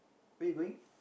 where you going